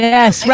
Yes